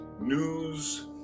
news